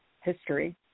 history